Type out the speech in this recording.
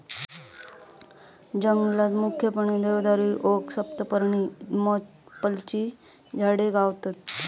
जंगलात मुख्यपणे देवदारी, ओक, सप्तपर्णी, मॅपलची झाडा मिळतत